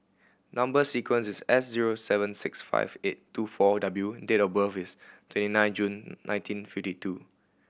number sequence is S zero seven six five eight two four W and date of birth is twenty nine June nineteen fifty two